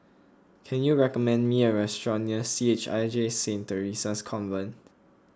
can you recommend me a restaurant near C H I J Saint theresa's Convent